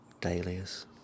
Dahlia's